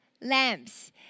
lamps